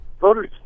voters